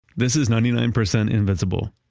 this is ninety nine percent invisible.